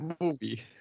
movie